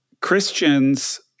Christians